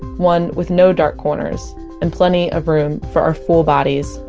one with no dark corners and plenty of room for our full bodies,